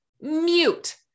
Mute